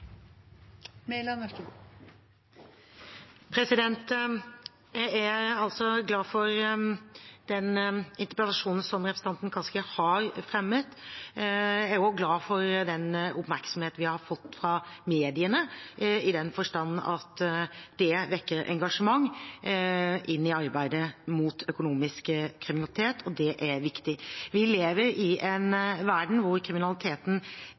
glad for den oppmerksomheten vi har fått fra mediene, i den forstand at det vekker engasjement for arbeidet mot økonomisk kriminalitet, og det er viktig. Vi lever i en verden hvor kriminaliteten